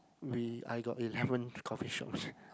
we I got eleven coffee shops